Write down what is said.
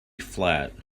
flat